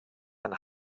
ein